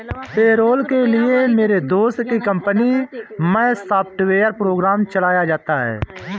payroll के लिए मेरे दोस्त की कंपनी मै सॉफ्टवेयर प्रोग्राम चलाया जाता है